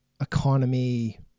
economy